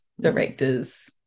directors